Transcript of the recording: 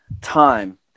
time